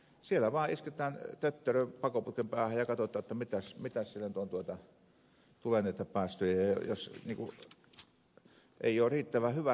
siellä vaan isketään tötterö pakoputken päähän ja katsotaan mitäs siellä nyt tulee näitä päästöjä ja jos eivät ole riittävän hyvät niin ei tule leimaa menee seisontaan